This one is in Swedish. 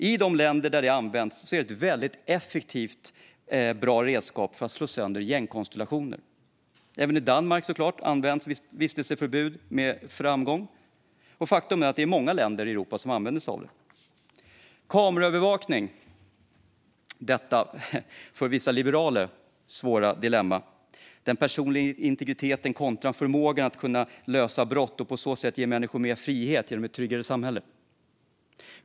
I de länder där det används är det ett väldigt effektivt och bra redskap för att slå sönder gängkonstellationer. Även i Danmark, såklart, används vistelseförbud med framgång. Faktum är att många länder i Europa använder sig av det. Kameraövervakning är för vissa liberaler ett svårt dilemma. Det handlar om den personliga integriteten kontra förmågan att lösa brott och på så sätt ge människor mer frihet genom ett tryggare samhälle.